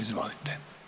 Izvolite.